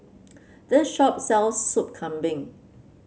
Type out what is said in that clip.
this shop sells Soup Kambing